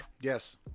Yes